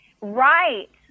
Right